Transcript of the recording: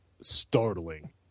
startling